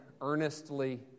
earnestly